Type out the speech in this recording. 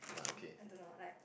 I don't know like